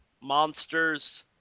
monsters